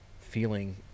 feeling